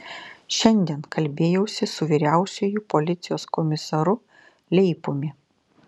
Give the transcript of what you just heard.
šiandien kalbėjausi su vyriausiuoju policijos komisaru leipumi